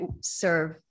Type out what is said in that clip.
serve